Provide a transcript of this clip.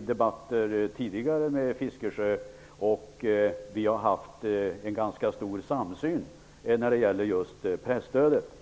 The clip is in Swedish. debatterat tidigare med Fiskesjö, och det har rått en ganska stor samsyn mellan oss när det gäller just presstödet.